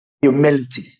humility